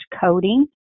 coding